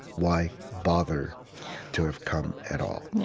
why bother to have come at all?